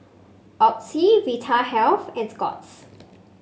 Oxy Vitahealth and Scott's